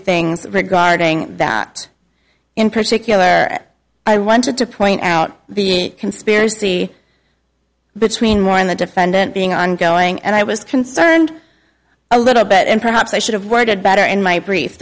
things regarding that in particular i wanted to point out the conspiracy between more of the defendant being on going and i was concerned a little bit and perhaps i should have worded better in my brief